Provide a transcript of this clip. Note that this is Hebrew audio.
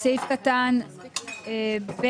סעיף קטן (ב).